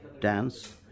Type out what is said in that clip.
dance